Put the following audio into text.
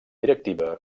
directiva